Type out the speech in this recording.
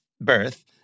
birth